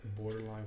Borderline